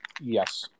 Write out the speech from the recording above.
Yes